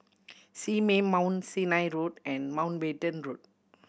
Simei Mount Sinai Road and Mountbatten Road